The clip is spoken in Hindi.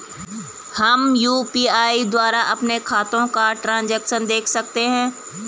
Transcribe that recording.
हम यु.पी.आई द्वारा अपने खातों का ट्रैन्ज़ैक्शन देख सकते हैं?